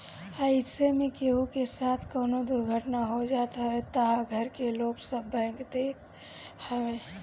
अइसे में केहू के साथे कवनो दुर्घटना हो जात हवे तअ घर के लोन सब बैंक देत हवे